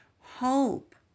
hope